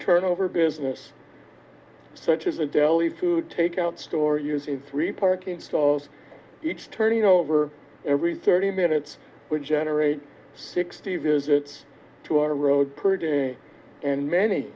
turnover business such as a deli food takeout store using three parking stalls each turning over every thirty minutes which generates sixty visits to our road per day and many